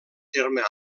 terme